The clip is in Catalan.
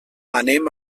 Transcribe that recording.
anem